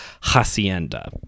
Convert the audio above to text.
Hacienda